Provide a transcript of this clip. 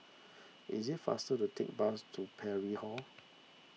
it is faster to take bus to Parry Hall